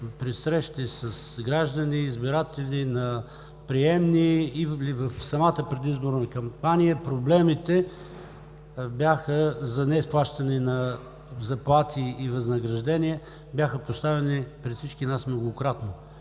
при срещи с граждани, избиратели, на приемни и в самата предизборна кампания, проблемите за неизплащане на заплати и възнаграждения, бяха поставени пред всички нас многократно.